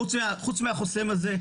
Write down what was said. חוץ מהחוסם הזה,